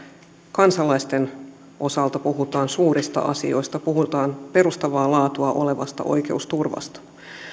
kansalaisten osalta puhutaan suurista asioista puhutaan perustavaa laatua olevasta oikeusturvasta